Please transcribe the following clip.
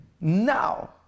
now